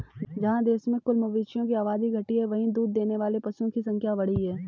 जहाँ देश में कुल मवेशियों की आबादी घटी है, वहीं दूध देने वाले पशुओं की संख्या बढ़ी है